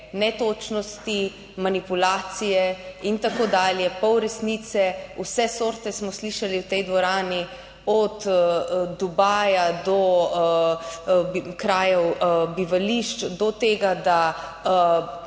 netočnosti, manipulacije in tako dalje, pol resnice, vse sorte smo slišali v tej dvorani, od Dubaja do krajev, bivališč, do tega, da